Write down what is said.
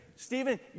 Stephen